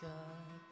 God